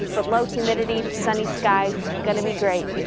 but low humidity, sunny skies going to be great.